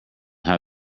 how